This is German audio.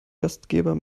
gastgeber